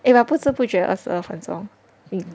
eh we are 不知不觉二十二分钟